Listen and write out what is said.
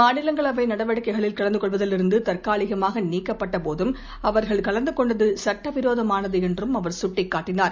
மாநிலங்களவை நடவடிக்கைகளில் கலந்து கொள்வதிலிருந்து தற்காலிகமாக நீக்கப்பட்ட போதும் அவர்கள் கலந்து கொண்டது சுட்ட விரோதமானது என்று அவர் சுட்டிக்காட்டினார்